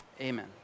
Amen